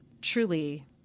truly